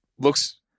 Looks